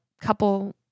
Couple